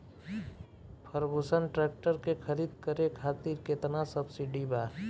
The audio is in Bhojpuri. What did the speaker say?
फर्गुसन ट्रैक्टर के खरीद करे खातिर केतना सब्सिडी बा?